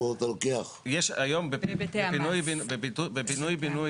יש היום בפינוי בינוי